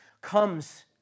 comes